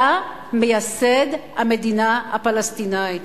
אתה מייסד המדינה הפלסטינית.